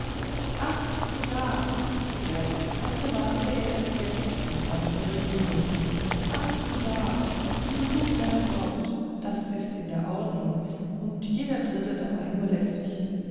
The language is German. ach sieh da rief er als gewahre er jetzt erst den freund peregrinus ach sieh da du besuchst deine braut das ist in der ordnung und jeder dritte dabei nur lästig